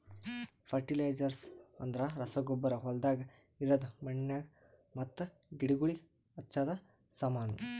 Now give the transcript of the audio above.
fertilisers ಅಂದ್ರ ರಸಗೊಬ್ಬರ ಹೊಲ್ದಾಗ ಇರದ್ ಮಣ್ಣಿಗ್ ಮತ್ತ ಗಿಡಗೋಳಿಗ್ ಹಚ್ಚದ ಸಾಮಾನು